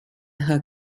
her